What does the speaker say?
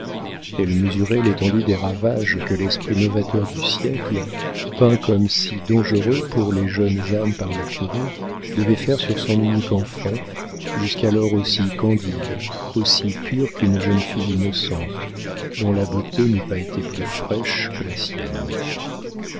elle mesurait l'étendue des ravages que l'esprit novateur du siècle peint comme si dangereux pour les jeunes âmes par le curé devait faire sur son unique enfant jusqu'alors aussi candide aussi pur qu'une jeune fille innocente dont la beauté n'eût pas été plus fraîche que la sienne